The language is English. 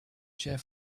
chair